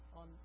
on